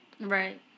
Right